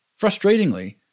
Frustratingly